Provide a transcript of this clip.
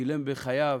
שילם בחייו.